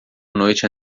noite